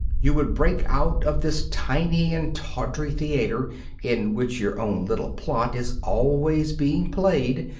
you would break out of this tiny and tawdry theatre in which your own little plot is always being played,